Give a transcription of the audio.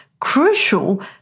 crucial